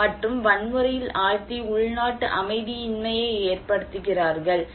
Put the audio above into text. மற்றும் வன்முறையில் ஆழ்த்தி உள்நாட்டு அமைதியின்மையை ஏற்படுத்துகிறார்கள்